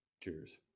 cheers